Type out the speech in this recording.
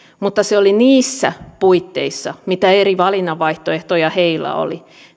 mutta se oli niissä puitteissa mitä eri valinnanvaihtoehtoja heillä oli